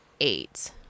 eight